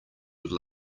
would